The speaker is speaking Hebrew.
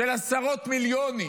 של עשרות מיליונים?